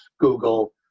Google